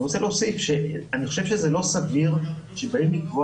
אני רוצה להוסיף שאני חושב שזה לא סביר כשבאים לקבוע